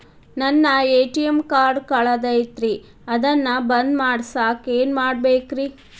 ನನ್ನ ATM card ಕಳದೈತ್ರಿ ಅದನ್ನ ಬಂದ್ ಮಾಡಸಾಕ್ ಏನ್ ಮಾಡ್ಬೇಕ್ರಿ?